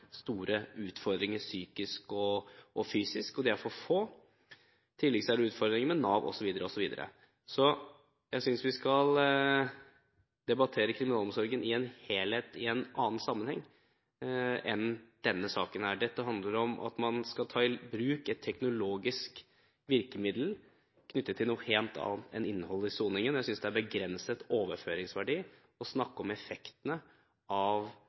store utfordringer psykisk og fysisk, og de er for få. I tillegg er det utfordringer med Nav, osv. Jeg synes vi skal debattere kriminalomsorgen i sin helhet i en annen sammenheng enn denne saken. Dette handler om at man skal ta i bruk et teknologisk virkemiddel knyttet til noe helt annet enn innhold i soningen. Jeg synes det har begrenset overføringsverdi å snakke om effektene av